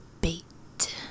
bait